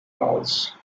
false